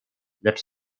lecz